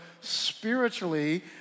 spiritually